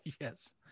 Yes